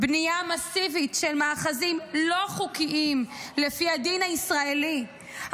בנייה מסיבית של מאחזים לא חוקיים לפי הדין הישראלי,